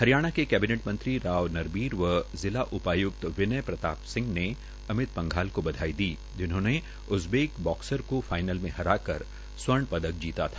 हरियाणा के कैबिनेट मंत्री राव नरवीर सिंह व जिला उपायुक्त विनय प्रताप सिंह ने अमित पंघाल को बधाई दी जिन्होंने उज्जबेक बाक्सर को फाईनल में हराकर स्वर्ण पदक जीता था